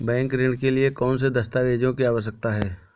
Bank ऋण के लिए कौन से दस्तावेजों की आवश्यकता है?